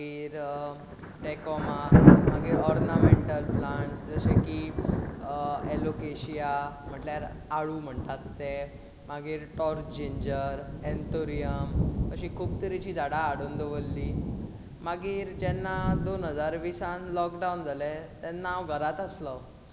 मागीर टेकोमा मागीर ornamental plant जशे की एलोकेशिया म्हळ्यार आळू म्हणटात ते मागीर टोर्च जिन्जर एनतोरियम अशी खूब तरेचीं झाडां हाडून दवरलीं मागीर जेन्ना दोन हजार विसांत लॉकडावन जालें तेन्ना हांव घरांत आसलो